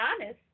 honest